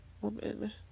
woman